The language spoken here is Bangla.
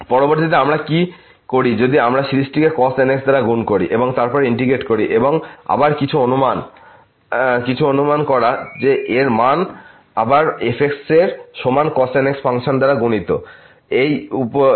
পরবর্তীতে আমরা কি করি যদি আমরা সিরিজকে cos nx দ্বারা গুণ করি এবং তারপর ইন্টিগ্রেট করি এবং আবার কিছু অনুমান করা যে এর মান আবার f এর সমান cos nx ফাংশন দ্বারা গুণিত এই উপর -π থেকে এ